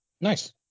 Nice